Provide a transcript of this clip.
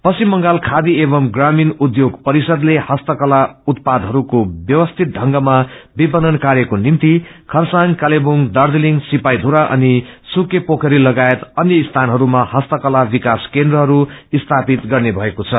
पश्चिम बंगाल खारी अनि ग्रामीण उध्योग परिषदले हस्तकला उत्पादहरूको व्यवस्थित हंगमा विपणन कार्यको निम्ति खरसाङ कालेकुङ दार्जीलिङ सिपाईचुरा अनि मुकेपोखरी लागायत अन्य स्थानहरूमा इस्तकला विकास केन्द्रहरू स्थापित गर्ने भएको छ